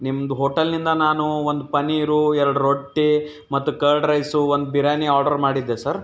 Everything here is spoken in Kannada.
ನಿಮ್ದು ಹೋಟಲ್ನಿಂದ ನಾನು ಒಂದು ಪನ್ನೀರು ಎರ್ಡು ರೊಟ್ಟಿ ಮತ್ತು ಕರ್ಡ್ ರೈಸು ಒಂದು ಬಿರಿಯಾನಿ ಆರ್ಡ್ರ್ ಮಾಡಿದ್ದೆ ಸರ್